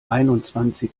einundzwanzig